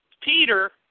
Peter